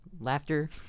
laughter